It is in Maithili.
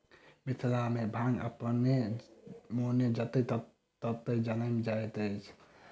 मिथिला मे भांग अपने मोने जतय ततय जनैम जाइत अछि